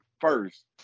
first